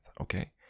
okay